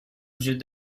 وجود